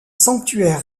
sanctuaires